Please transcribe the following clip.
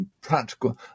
practical